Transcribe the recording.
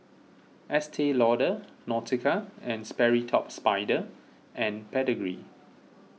Estee Lauder Nautica and Sperry Top Sider and Pedigree